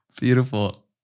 Beautiful